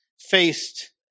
faced